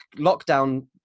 lockdown